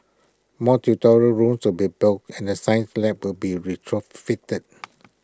more tutorial rooms will be built and the science labs will be retrofitted